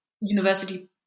university